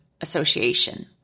association